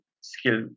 skill